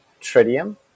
tritium